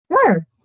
Sure